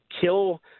kill